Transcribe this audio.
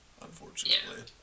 Unfortunately